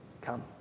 come